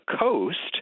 coast